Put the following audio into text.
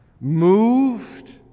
moved